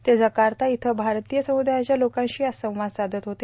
ते जर्काता इथं भारतीय समुदायाच्या लोकांशी आज संवाद साधत होते